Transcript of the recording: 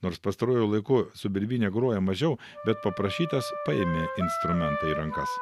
nors pastaruoju laiku su birbyne groja mažiau bet paprašytas paėmė instrumentą į rankas